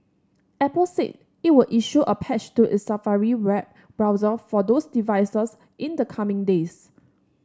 apple said it would issue a patch to its Safari web browser for those devices in the coming days